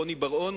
רוני בר-און,